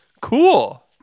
Cool